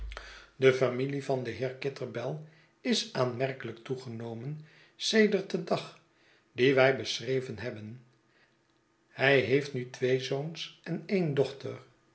de familie van den heer kitterbell is aanmerkelijk toegenomen sedert den dag dien wij beschreven hebben hij heeft nu twee zoons en en dochter